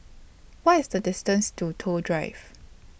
What IS The distance to Toh Drive